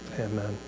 Amen